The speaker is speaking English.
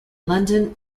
london